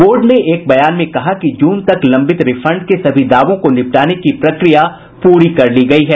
board ने एक बयान में कहा कि जून तक लंबित रिफंड के सभी दावों को निपटाने की प्रक्रिया पूरी कर ली गई है